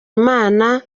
imana